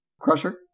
Crusher